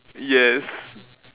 yes